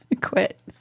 Quit